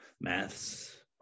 maths